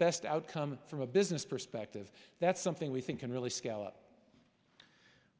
best outcome from a business perspective that's something we think can really scale up